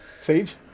Sage